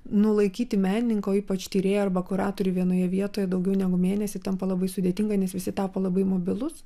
nulaikyti menininką o ypač tyrėją arba kuratorių vienoje vietoje daugiau negu mėnesį tampa labai sudėtinga nes visi tapo labai mobilūs